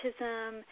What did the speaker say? autism